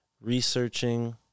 researching